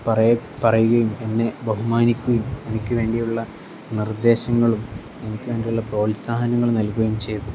പറയുകയും എന്നെ ബഹുമാനിക്കുകയും എനിക്ക് വേണ്ടിയുള്ള നിർദ്ദേശങ്ങളും എനിക്ക് വേണ്ടിയുള്ള പ്രോത്സാഹനങ്ങൾ നൽകുകയും ചെയ്തു